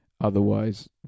otherwise